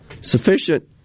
sufficient